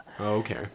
okay